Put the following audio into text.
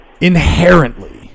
Inherently